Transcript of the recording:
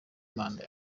manda